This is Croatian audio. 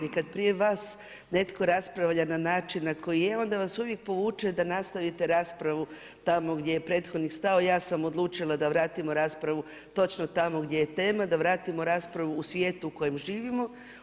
I kada prije vas netko raspravlja na način, na koji je, onda vas uvijek povuče, da nastavite raspravu, tamo gdje je prethodnih stao, ja sam odlučila da vratimo raspravu, točno tamo gdje je tema, da vratimo raspravu, u svijetu u kojem živimo.